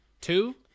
Two